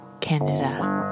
Canada